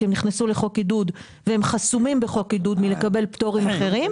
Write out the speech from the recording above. כי הם נכנסו לחוק עידוד והם חסומים בחוק עידוד מלקבל פטורים אחרים.